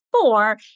four